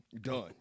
Done